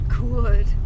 good